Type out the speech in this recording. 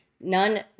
none